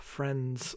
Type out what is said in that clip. Friends